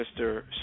Mr